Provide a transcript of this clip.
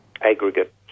aggregate